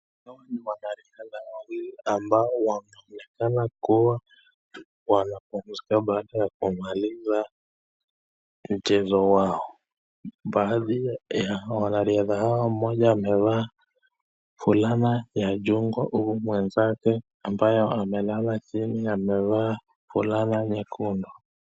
Hawa ni wanariadha wawili ambao wanaonekana kua wanapumuzika baada ya kumaliza mchezo wao. Baadhi ya wanariadha hawa mmoja amevaa fulana ya jongo huyu mwenzake ikiwa amevaa fulana nyekundu.